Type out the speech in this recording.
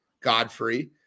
Godfrey